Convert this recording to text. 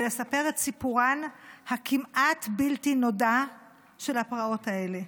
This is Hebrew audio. לספר את סיפורן הכמעט-בלתי-נודע של הפרעות האלה.